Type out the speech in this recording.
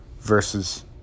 Versus